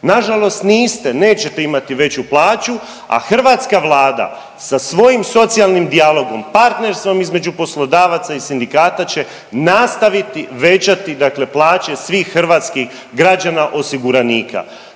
Na žalost niste, nećete imati veću plaću, a hrvatska Vlada sa svojim socijalnim dijalogom, partnerstvom između poslodavaca i sindikata će nastaviti većati dakle plaće svih hrvatskih građana, osiguranika.